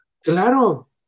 Claro